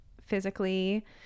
physically